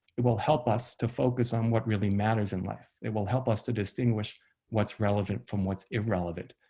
it will help us to focus on what really matters in life. it will help us to distinguish what's relevant from what's irrelevant,